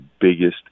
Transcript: biggest